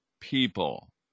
People